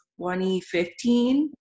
2015